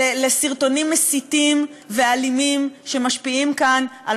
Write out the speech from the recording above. לסרטונים מסיתים ואלימים שמשפיעים כאן על